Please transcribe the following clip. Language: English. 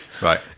Right